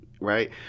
Right